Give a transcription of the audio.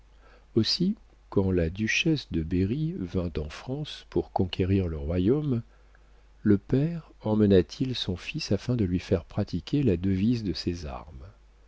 aussi quand la duchesse de berry vint en france pour conquérir le royaume le père emmena t il son fils afin de lui faire pratiquer la devise de ses armes